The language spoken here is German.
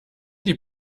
die